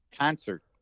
concert